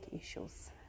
issues